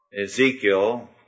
Ezekiel